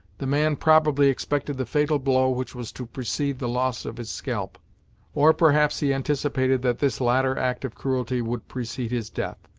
the man probably expected the fatal blow which was to precede the loss of his scalp or perhaps he anticipated that this latter act of cruelty would precede his death.